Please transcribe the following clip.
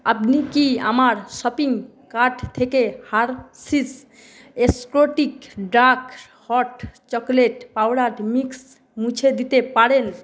আপনি কি আমার শপিং কার্ট থেকে Hershey's exotic dark hot chocolate powder mix মুছে দিতে পারেন